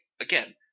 again